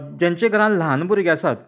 जेंच्या घरान ल्हान भुरगें आसात